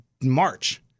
March